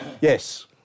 Yes